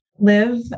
live